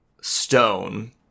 stone